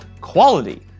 quality